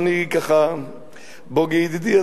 בוגי ידידי,